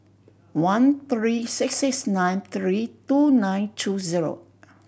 one three six six nine three two nine two zero